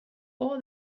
all